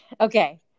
Okay